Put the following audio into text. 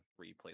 replay